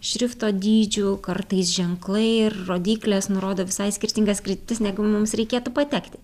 šrifto dydžių kartais ženklai ir rodyklės nurodo visai skirtingas kryptis negu mums reikėtų patekti